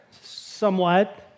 somewhat